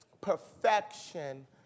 perfection